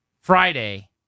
Friday